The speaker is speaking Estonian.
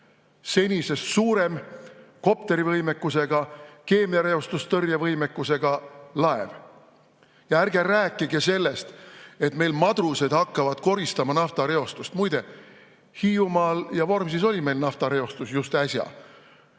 senisest suurem kopterivõimekusega, keemiareostustõrje võimekusega laev. Ja ärge rääkige sellest, et meil madrused hakkavad koristama naftareostust. Muide, Hiiumaal ja Vormsil oli meil naftareostus just äsja.